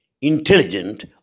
intelligent